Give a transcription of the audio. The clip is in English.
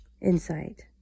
insight